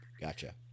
Gotcha